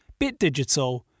BitDigital